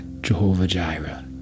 Jehovah-Jireh